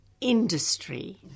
industry